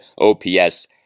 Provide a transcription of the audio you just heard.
OPS